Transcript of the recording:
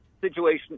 situation